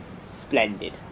Splendid